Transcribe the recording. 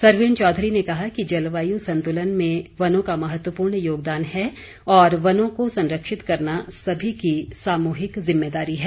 सरवीण चौधरी ने कहा कि जलवायु संतुलन में वनों का महत्वपूर्ण योगदान है और वनों को संरक्षित करना सभी की सामूहिक ज़िम्मेदारी है